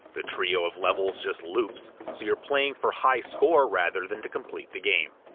the trio of levels just loops, so you're playing for high score rather than to complete the game.